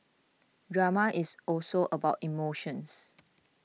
drama is also about emotions